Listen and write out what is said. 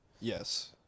Yes